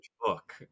book